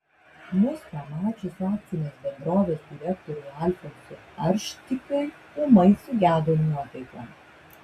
mus pamačius akcinės bendrovės direktoriui alfonsui arštikiui ūmai sugedo nuotaika